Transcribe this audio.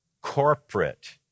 corporate